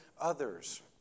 others